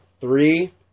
Three